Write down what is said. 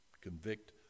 convict